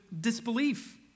disbelief